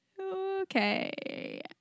Okay